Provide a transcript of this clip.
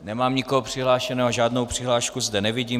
Nemám nikoho přihlášeného, žádnou přihlášku zde nevidím.